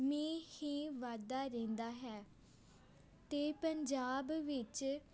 ਮੀਂਹ ਹੀ ਵਰਦਾ ਰਹਿੰਦਾ ਹੈ ਅਤੇ ਪੰਜਾਬ ਵਿੱਚ